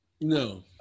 No